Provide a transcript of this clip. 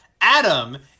Adam